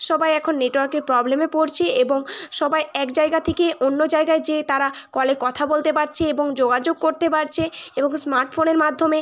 সবাই এখন নেটওয়ার্কের প্রবলেমে পড়ছে এবং সবাই এক জায়গা থেকে অন্য জায়গায় যেয়ে তারা কলে কথা বলতে পারছে এবং যোগাযোগ করতে পারছে এবং স্মার্টফোনের মাধ্যমে